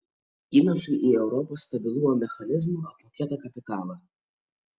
įnašai į europos stabilumo mechanizmo apmokėtą kapitalą